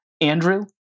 Andrew